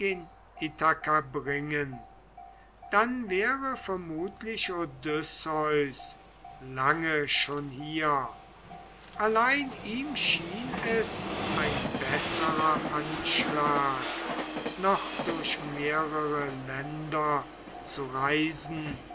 bringen dann wäre vermutlich odysseus lange schon hier allein ihm schien es ein besserer anschlag noch durch mehrere länder zu reisen